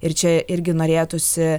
ir čia irgi norėtųsi